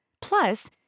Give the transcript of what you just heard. Plus